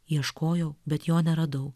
ieškojau bet jo neradau